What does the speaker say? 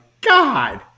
God